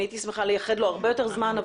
אני הייתי שמחה לייחד לו הרבה יותר זמן,